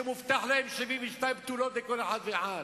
שמובטחות להם 72 בתולות לכל אחד ואחד.